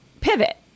pivot